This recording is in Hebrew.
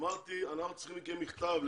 שביניהן יכול להיות גם חיילים משוחררים.